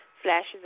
Flashes